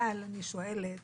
אבל אני שואלת